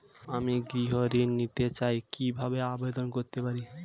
আমি গৃহ ঋণ নিতে চাই কিভাবে আবেদন করতে পারি?